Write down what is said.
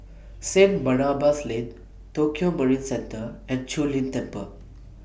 St Barnabas Lane Tokio Marine Centre and Zu Lin Temple